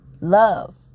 Love